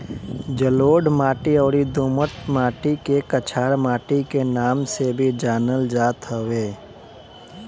जलोढ़ माटी अउरी दोमट माटी के कछार माटी के नाम से भी जानल जात हवे